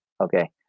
okay